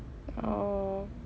oh